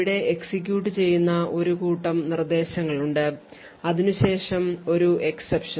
ഇവിടെ execute ചെയ്യുന്ന ഒരു കൂട്ടം നിർദ്ദേശങ്ങളുണ്ട് അതിനുശേഷം ഒരു exception